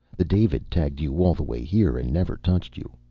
the david tagged you all the way here and never touched you.